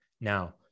Now